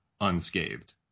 unscathed